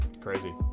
crazy